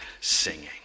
singing